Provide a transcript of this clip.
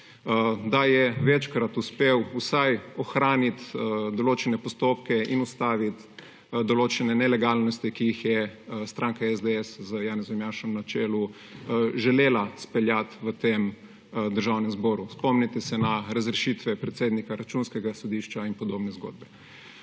Da je večkrat uspel vsaj ohraniti določene postopke in ustaviti določene nelegalnosti, ki jih je stranka SDS z Janezom Janšo na čelu želela speljati v Državnem zboru. Spomnite se na razrešitve predsednika Računskega sodišča in podobne zgodbe.